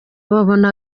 babona